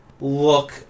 look